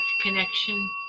connection